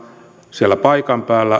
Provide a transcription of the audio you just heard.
siellä paikan päällä